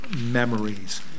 memories